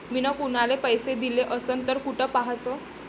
मिन कुनाले पैसे दिले असन तर कुठ पाहाचं?